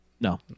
No